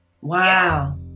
Wow